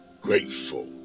grateful